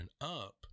up